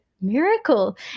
miracle